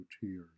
tears